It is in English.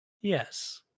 Yes